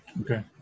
Okay